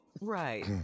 right